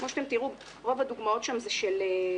כמו שאתם תראו, רוב הדוגמאות שם הן של התבטאויות.